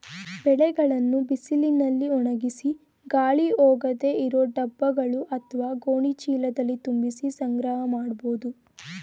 ಬೆಳೆಗಳನ್ನು ಬಿಸಿಲಿನಲ್ಲಿ ಒಣಗಿಸಿ ಗಾಳಿ ಹೋಗದೇ ಇರೋ ಡಬ್ಬಗಳು ಅತ್ವ ಗೋಣಿ ಚೀಲದಲ್ಲಿ ತುಂಬಿಸಿ ಸಂಗ್ರಹ ಮಾಡ್ಬೋದು